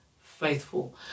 faithful